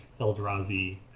Eldrazi